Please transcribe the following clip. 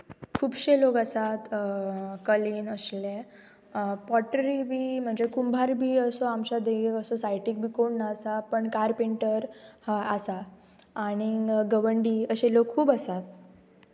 खुबशे लोक आसात कलेन आशिल्ले पोटरी बी म्हणजे कुंभार बी असो आमच्या देगेक असो सायटीक बी कोण ना आसा पण कार्पेंटर आसा आनीक गवंडी अशे लोक खूब आसात